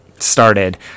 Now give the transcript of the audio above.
started